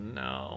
no